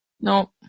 No